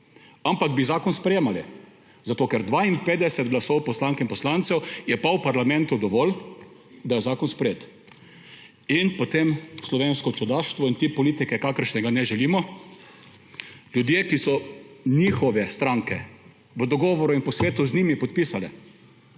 ampak bi zakon sprejemali, zato ker je 52 glasov poslank in poslancev v parlamentu dovolj, da je zakon sprejet. In potem slovensko čudaštvo in tip politike, kakršnega ne želimo, ljudje, katerih stranke so po dogovoru in posvetu z njimi podpisale,